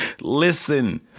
Listen